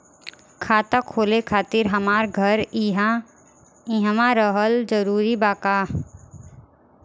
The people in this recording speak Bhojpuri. खाता खोले खातिर हमार घर इहवा रहल जरूरी बा का?